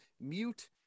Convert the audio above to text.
mute